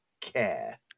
care